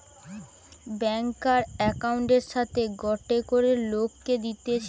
ব্যাংকার একউন্টের সাথে গটে করে লোককে দিতেছে